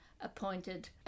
appointed